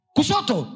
Kusoto